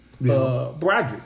Broderick